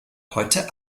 heute